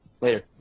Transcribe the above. later